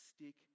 stick